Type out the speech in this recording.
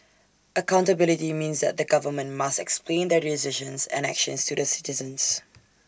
accountability means that the government must explain their decisions and actions to the citizens